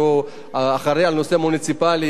שאחראי לנושא המוניציפלי,